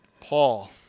Paul